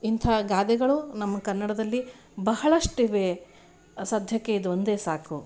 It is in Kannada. ಇಂತಹ ಗಾದೆಗಳು ನಮ್ಮ ಕನ್ನಡದಲ್ಲಿ ಬಹಳಷ್ಟಿವೆ ಸದ್ಯಕ್ಕೆ ಇದೊಂದೇ ಸಾಕು